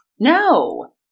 No